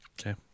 Okay